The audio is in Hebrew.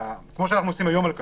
כמו שעושים היום על קלפיות.